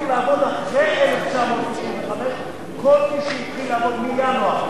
כל מי שהתחיל לעבוד מינואר 1995, לא קיים בכלל.